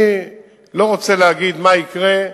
אני לא רוצה להגיד מה יקרה.